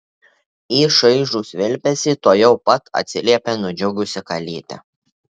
į šaižų švilpesį tuojau pat atsiliepė nudžiugusi kalytė